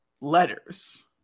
letters